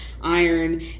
iron